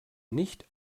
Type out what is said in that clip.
nicht